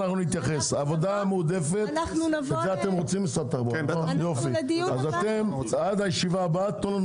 עבודה מועדפת - אתם עד הישיבה הבאה תנו לנו